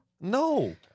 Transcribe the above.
No